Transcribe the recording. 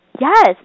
Yes